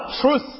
truth